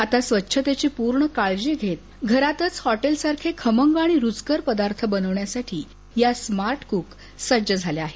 आता स्वच्छतेची पूर्ण काळजी घेत घरातच हॉटेलसारखे खमंग रुचकर पदार्थ बनवण्यासाठी या स्मार्ट कुक सज्ज झाल्या आहेत